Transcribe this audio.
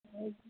okay